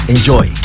Enjoy